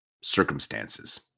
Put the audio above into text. circumstances